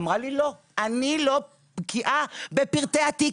אמרה לי: לא, אני לא בקיאה בפרטי התיק.